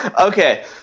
Okay